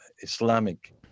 Islamic